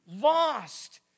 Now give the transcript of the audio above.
lost